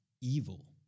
evil